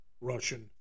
Russian